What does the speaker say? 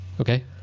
Okay